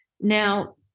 Now